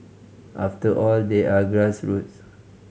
after all they are grassroots